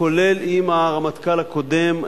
כולל עם הרמטכ"ל הקודם,